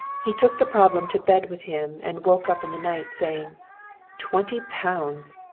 he took the problem to bed with him and woke up in the night saying twenty pounds!